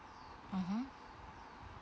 mmhmm